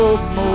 more